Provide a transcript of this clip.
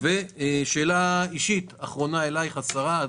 שאלה אישית אלייך השרה,